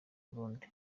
burundi